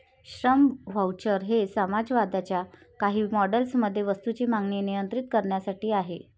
श्रम व्हाउचर हे समाजवादाच्या काही मॉडेल्स मध्ये वस्तूंची मागणी नियंत्रित करण्यासाठी आहेत